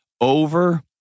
over